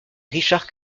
richard